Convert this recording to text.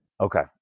Okay